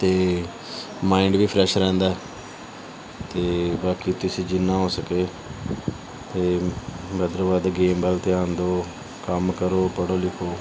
ਅਤੇ ਮਾਇੰਡ ਵੀ ਫਰੈਸ਼ ਰਹਿੰਦਾ ਅਤੇ ਬਾਕੀ ਤੁਸੀਂ ਜਿੰਨਾ ਹੋ ਸਕੇ ਅਤੇ ਵੱਧ ਤੋਂ ਵੱਧ ਗੇਮ ਵੱਲ ਧਿਆਨ ਦਿਉ ਕੰਮ ਕਰੋ ਪੜ੍ਹੋ ਲਿਖੋ